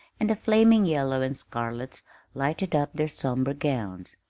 and the flaming yellows and scarlets lighted up their somber gowns,